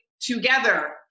together